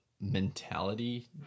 mentality